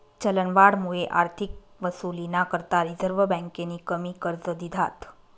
चलनवाढमुये आर्थिक वसुलीना करता रिझर्व्ह बँकेनी कमी कर्ज दिधात